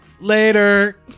Later